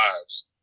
lives